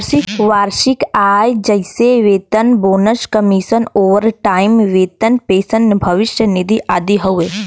वार्षिक आय जइसे वेतन, बोनस, कमीशन, ओवरटाइम वेतन, पेंशन, भविष्य निधि आदि हौ